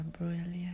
brilliant